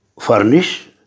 furnish